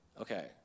Okay